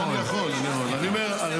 לא, אני לא עושה.